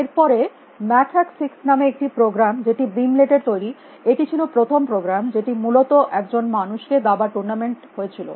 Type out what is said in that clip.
এর পরে ম্যাকহ্যাক 6নামে একটি প্রোগ্রাম যেটি বিম লেট এর তৈরী এটি ছিল প্রথম প্রোগ্রাম যেটি মূলত একজন মানুষকে দাবার টুর্নামেন্ট এ হারিয়েছিল